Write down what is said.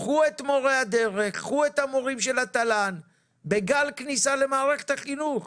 קחו את מורי הדרך ואל המורים של התל"ן ותתגברו איתם את מערכת החינוך